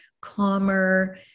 calmer